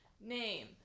name